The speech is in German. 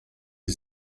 sie